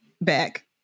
back